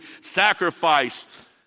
sacrifice